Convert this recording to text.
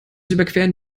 überqueren